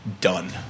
done